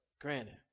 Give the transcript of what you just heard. Granted